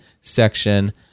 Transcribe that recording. section